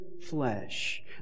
flesh